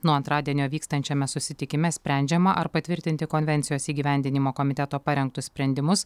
nuo antradienio vykstančiame susitikime sprendžiama ar patvirtinti konvencijos įgyvendinimo komiteto parengtus sprendimus